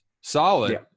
solid